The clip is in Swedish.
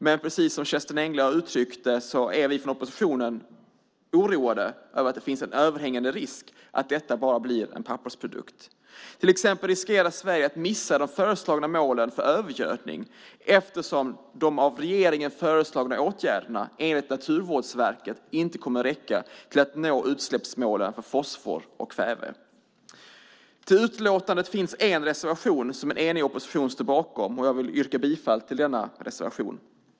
Men precis som Kerstin Engle uttryckte är vi i oppositionen oroade över den överhängande risken att detta bara blir en pappersprodukt. Till exempel riskerar Sverige att missa de föreslagna målen beträffande övergödning eftersom de av regeringen föreslagna åtgärderna enligt Naturvårdsverket inte kommer räcka för att nå utsläppsmålen för fosfor och kväve. Till utlåtandet finns fogat en reservation som en enig opposition står bakom. Jag yrkar bifall till denna reservation.